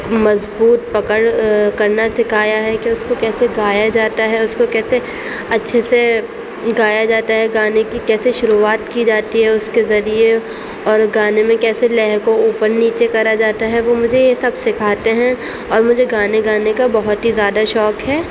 مضبوط پکڑ کرنا سکھایا ہے کہ اس کو کیسے گایا جاتا ہے اس کو کیسے اچھے سے گایا جاتا ہے گانے کی کیسے شروعات کی جاتی ہے اس کے ذریعے اور گانے میں کیسے لَے کو اوپر نیچے کرا جاتا ہے وہ مجھے یہ سب سکھاتے ہیں اور مجھے گانے گانے کا بہت ہی زیادہ شوق ہے